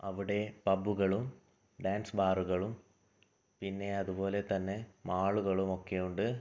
അവിടെ പബ്ബുകളും ഡാൻസ് ബാറുകളും പിന്നെ അതുപോലെ തന്നെ മാളുകളും ഒക്കെയുണ്ട്